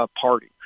party